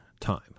time